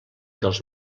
dels